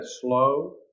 slow